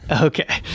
Okay